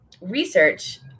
research